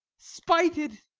spited,